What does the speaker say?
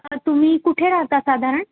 तुम्ही कुठे राहता साधारण